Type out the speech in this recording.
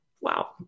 Wow